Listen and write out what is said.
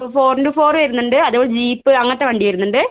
four into four വരുന്നുണ്ട് അതോ jeep അങ്ങനത്തെ വണ്ടി വരുന്നുണ്ട്